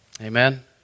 Amen